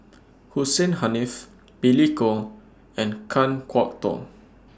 Hussein Haniff Billy Koh and Kan Kwok Toh